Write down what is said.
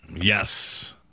Yes